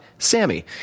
Sammy